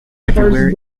everywhere